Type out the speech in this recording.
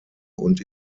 und